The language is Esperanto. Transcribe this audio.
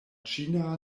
ĉina